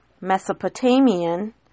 Mesopotamian